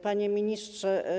Panie Ministrze!